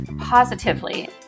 positively